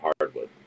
hardwood